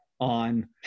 on